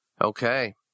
Okay